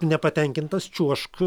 nepatenkintas čiuožk